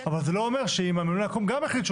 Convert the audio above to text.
אבל זה לא אומר שאם הממלא מקום גם החליט שהוא